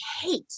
hate